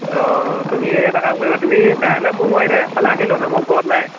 অঁ তুমি এটা কাম কৰিবা তুমি কাইলৈ মোৰ মই এতিয়া এফালে আহিলোঁ মানে মই ঘৰত নাই